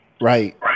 Right